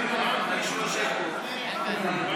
אני קובע שהצעת החוק עברה ותעבור לוועדה לביטחון הפנים.